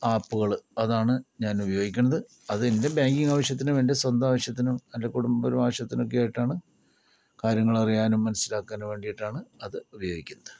ആപ്പുകള് അതാണ് ഞാൻ ഉപയോഗിക്കണത് അതെൻ്റെ ബാങ്കിംഗ് ആവിശ്യത്തിന് വേണ്ടി എൻ്റെ സ്വന്തം ആവിശ്യത്തിനും എൻ്റെ കുടുംബപരമായ ആവശ്യത്തിനും ഒക്കെയായിട്ടാണ് കാര്യങ്ങളറിയാനും മനസ്സിലാക്കാനും വേണ്ടിയിട്ടാണ് അത് ഉപയോഗിക്കുന്നത്